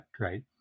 right